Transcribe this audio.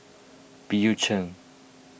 Bill Chen